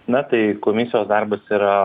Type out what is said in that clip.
na tai komisijos darbas yra